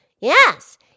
Yes